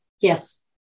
Yes